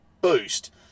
boost